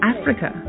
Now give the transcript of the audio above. Africa